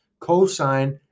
Cosine